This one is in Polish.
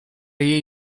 jej